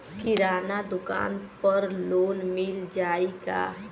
किराना दुकान पर लोन मिल जाई का?